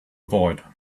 avoid